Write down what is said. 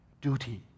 Duty